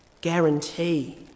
guarantee